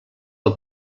del